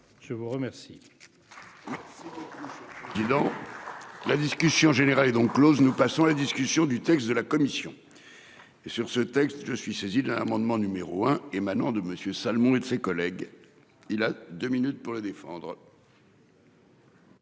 Je vous remercie.